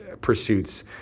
pursuits